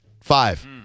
five